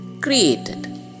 created